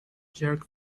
jerk